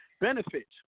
benefits